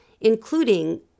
including